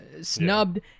snubbed